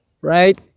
Right